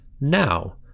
Now